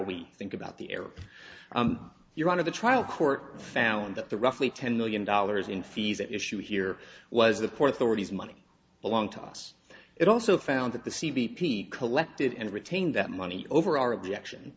we think about the error you're one of the trial court found that the roughly ten million dollars in fees at issue here was the port authority is money belong to us it also found that the c b p collected and retained that money over our objection